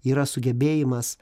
yra sugebėjimas